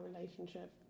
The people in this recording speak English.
relationship